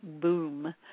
boom